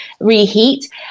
reheat